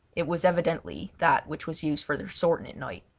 it was evidently that which was used for their sorting at night.